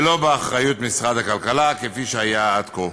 ולא באחריות משרד הכלכלה כפי שהיה עד כה.